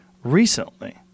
Recently